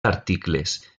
articles